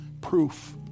proof